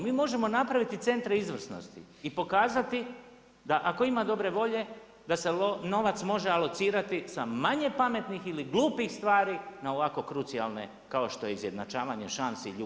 Mi možemo napraviti centre izvrsnosti i pokazati da ako ima dobre volje da se novac može alocirati sa manje pametnih ili glupih stvari na ovako krucijalne kao što je izjednačavanje šansi ljudi u društvu.